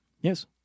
Yes